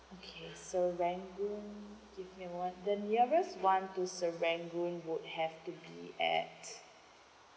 okay serangoon D_K one the nearest one to serangoon would have to be at